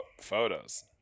photos